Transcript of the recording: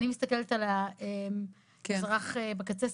אני מסתכלת על האזרח בקצה.